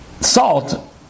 salt